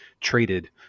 traded